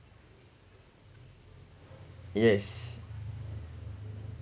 yes